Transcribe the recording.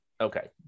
okay